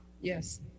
yes